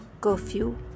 Curfew